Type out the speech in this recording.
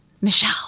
Michelle